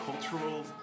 cultural